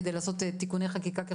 אינטרנטי, טלפוני, שתוכלו לתת שם את כל